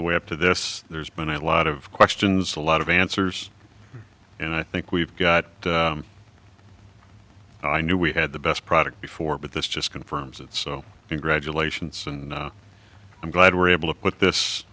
the way up to this there's been a lot of questions a lot of answers and i think we've got i knew we had the best product before but this just confirms it so congratulations and i'm glad we're able to put this